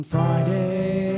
Friday